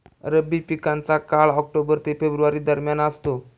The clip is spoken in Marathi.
रब्बी पिकांचा काळ ऑक्टोबर ते फेब्रुवारी दरम्यान असतो